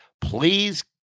please